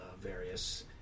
various